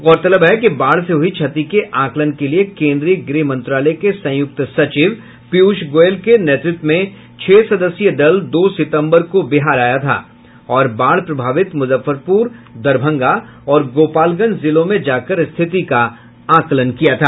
गौरतलब है कि बाढ़ से हुई क्षति के आकलन के लिए केंद्रीय गृह मंत्रालय के संयुक्त सचिव पीयूष गोयल के नेतृत्व में छह सदस्यीय दल दो सितंबर को बिहार आया था और बाढ़ प्रभावित मुजफ्फरपुर दरभंगा और गोपालगंज जिलों में जाकर स्थिति का आकलन किया था